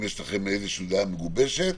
אם יש לכם דעה מגובשת,